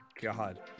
God